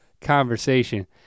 conversation